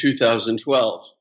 2012